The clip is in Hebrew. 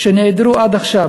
שנעדרים עד עכשיו.